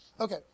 Okay